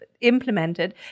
implemented